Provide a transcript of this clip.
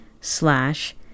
slash